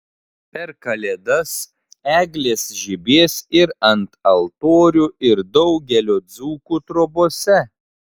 per kalėdas eglės žibės ir ant altorių ir daugelio dzūkų trobose